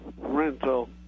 rental